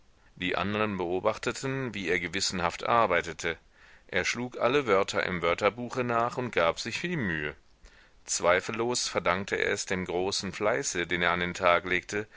die andern beobachteten wie er gewissenhaft arbeitete er schlug alle wörter im wörterbuche nach und gab sich viel mühe zweifellos verdankte er es dem großen fleiße den er an den tag legte